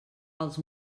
els